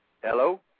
Hello